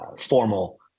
formal